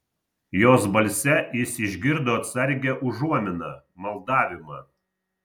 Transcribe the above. jos balse jis išgirdo atsargią užuominą maldavimą